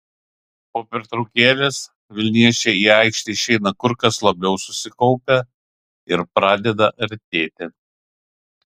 po pertraukėlės vilniečiai į aikštę išeina kur kas labiau susikaupę ir pradeda artėti